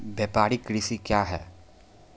व्यापारिक कृषि क्या हैं?